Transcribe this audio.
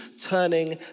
turning